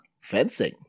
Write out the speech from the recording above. Fencing